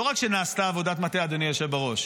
לא רק שנעשתה עבודת מטה, אדוני היושב-ראש,